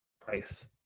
price